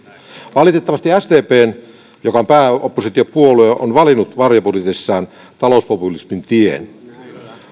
valitettavasti sdp joka on pääoppositiopuolue on valinnut varjobudjetissaan talouspopulismin tien